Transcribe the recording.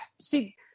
see